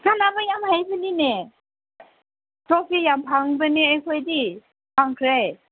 ꯁꯥꯟꯅꯕ ꯌꯥꯝ ꯍꯩꯕꯅꯤꯅꯦ ꯇ꯭ꯔꯣꯐꯤ ꯌꯥꯝ ꯐꯪꯕꯅꯦ ꯑꯩꯈꯣꯏꯗꯤ ꯐꯪꯈ꯭ꯔꯦ